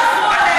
אני לא.